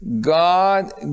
God